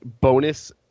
bonus